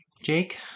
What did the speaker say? Jake